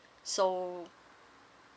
so